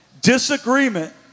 Disagreement